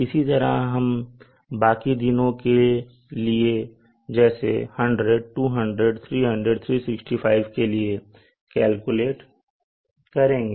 इसी तरह हम बाकी दिनों के लिए जैसे 100 200 300 365 के लिए कैलकुलेट करेंगे